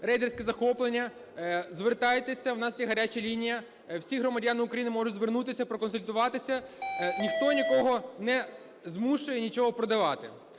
рейдерські захоплення, звертайтеся, у нас є гаряча лінія. Всі громадяни України можуть звернутися, проконсультуватися, ніхто нікого не змушує нічого продавати.